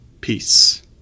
peace